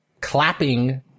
clapping